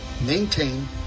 maintain